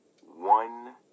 One